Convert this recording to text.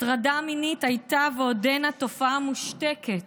הטרדה מינית הייתה ועודנה תופעה מושתקת